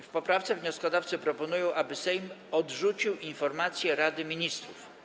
W poprawce wnioskodawcy proponują, aby Sejm odrzucił informację Rady Ministrów.